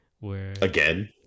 Again